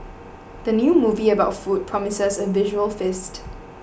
the new movie about food promises a visual feast